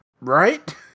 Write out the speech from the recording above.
right